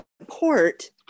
support